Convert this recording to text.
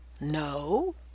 No